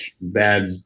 bad